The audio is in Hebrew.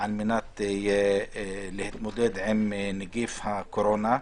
על מנת להתמודד עם נגיף הקורונה,